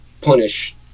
punish